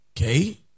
Okay